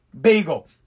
bagel